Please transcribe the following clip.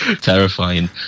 terrifying